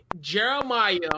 Jeremiah